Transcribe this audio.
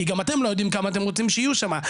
אתם לא יודעים כמה אתם רוצים שיהיו שמה.